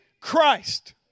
Christ